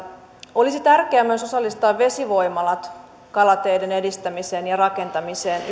olisi tärkeää myös osallistaa vesivoimalat kalateiden edistämiseen rakentamiseen